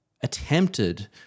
attempted